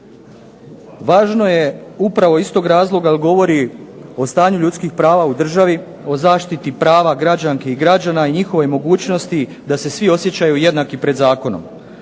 Važno je upravo iz tog razloga jer govori o stanju ljudskih prava u državi, o zaštiti prava građanki i građana i njihovoj mogućnosti da se svi osjećaju jednaki pred zakonom.